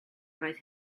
roedd